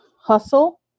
hustle